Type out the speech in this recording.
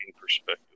perspective